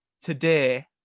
today